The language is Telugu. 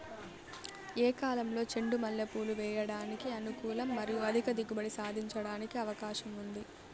ఏ కాలంలో చెండు మల్లె పూలు వేయడానికి అనుకూలం మరియు అధిక దిగుబడి సాధించడానికి అవకాశం ఉంది?